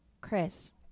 Chris